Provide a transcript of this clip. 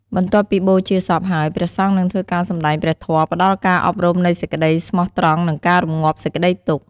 បន្ទាប់ពីបូជាសពហើយ ព្រះសង្ឃនិងធ្វើការសម្ដែងព្រះធម៌ផ្តល់ការអប់រំនៃសេចក្ដីស្មោះត្រង់ និងការរំងាប់សេចក្តីទុក្ខ។